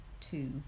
two